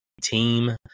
team